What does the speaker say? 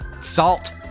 Salt